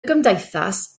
gymdeithas